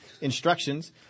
instructions